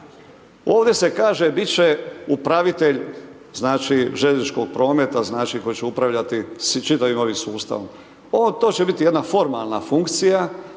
Ovdje se kaže biti će upravitelj znači željezničkog prometa znači koji će upravljati čitavim ovim sustavom. To će biti jedna formalna funkcija